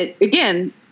Again